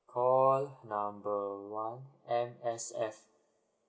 call number one M_S_F